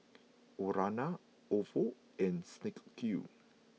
Urana Ofo and Snek Ku